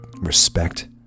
respect